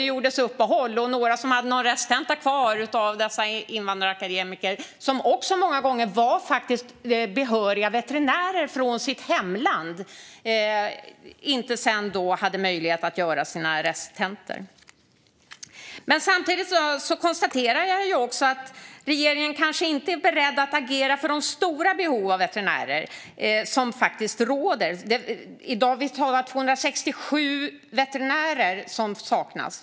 Det gjordes uppehåll, och några av de invandrarakademiker som hade någon resttenta kvar och som många gånger faktiskt var behöriga veterinärer i sitt hemland hade sedan inte möjlighet att göra sina resttentor. Jag konstaterar att regeringen kanske inte är beredd att agera efter det stora behov av veterinärer som råder. Det är 267 veterinärer som saknas.